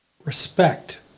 Respect